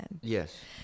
Yes